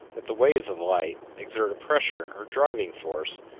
that the waves of light exert a pressure or driving force,